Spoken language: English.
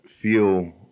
feel